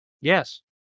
Yes